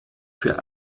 für